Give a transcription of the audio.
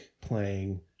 playing